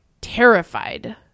terrified